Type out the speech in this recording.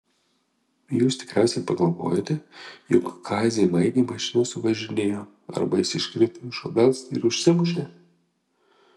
jūs tikriausiai pagalvojote jog kazį maigį mašina suvažinėjo arba jis iškrito iš obels ir užsimušė